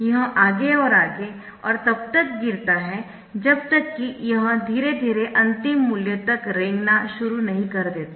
यह आगे और आगे और तब तक गिरता है जब तक कि यह धीरे धीरे अंतिम मूल्य तक रेंगना शुरू नहीं कर देता